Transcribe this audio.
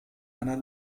einer